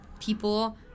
people